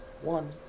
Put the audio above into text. One